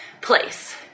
place